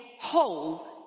whole